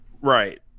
Right